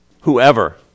Whoever